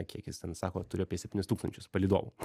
kiek jis ten sako turi apie septynis tūkstančius palydovų